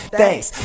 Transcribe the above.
thanks